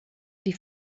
die